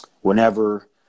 whenever